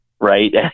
right